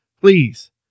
please